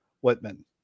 Whitman